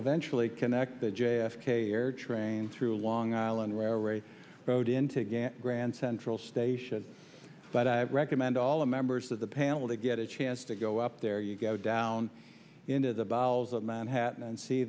eventually connect the j f k airtrain through long island railroad road in to ghent grand central station but i recommend all the members of the panel to get a chance to go up there you go down into the bowels of manhattan and see